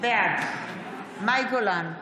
בעד מאי גולן,